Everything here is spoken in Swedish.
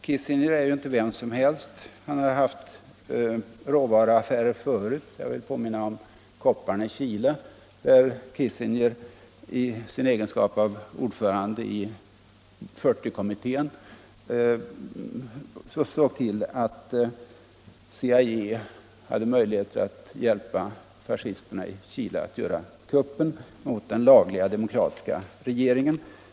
Kissinger är ju inte vem som helst. Han har sysslat med råvaruaffärer förut. Jag vill påminna om kopparn i Chile. I sin egenskap av ordförande i 40 kommittén såg Kissinger till att CIA hade möjligheter att hjälpa fascisterna i Chile att göra kuppen mot den lagliga demokratiska regeringen.